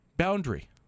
Boundary